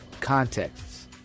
contexts